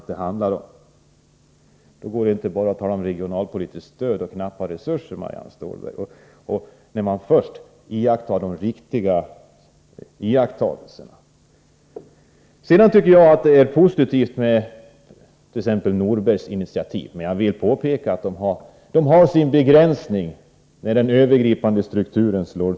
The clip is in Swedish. Marianne Stålberg har först gjort de riktiga iakttagelserna — hon kan då inte bara tala om knappa resurser för regionalpolitiskt stöd. Det är vidare positivt med tt.ex. Norbergs initiativ. Jag vill dock påpeka att de har sin begränsning när den övergripande strukturen är felaktig.